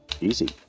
easy